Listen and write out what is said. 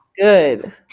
Good